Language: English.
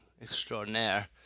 extraordinaire